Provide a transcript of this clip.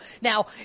now